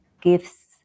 gifts